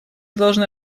должны